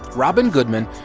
robin goodman,